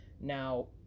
now